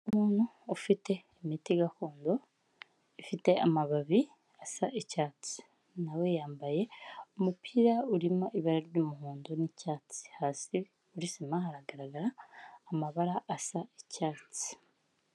Umuntu ufite imiti gakondo, ifite amababi asa icyatsi, nawe yambaye umupira urimo ibara ry'umuhondo, n'icyatsi, hasi kuri sima haragaragara amabara asa icyatsi.